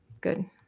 Good